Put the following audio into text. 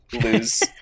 lose